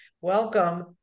Welcome